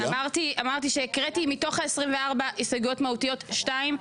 אמרתי שהקראתי מתוך ה-24 הסתייגויות מהותיות שתיים,